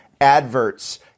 adverts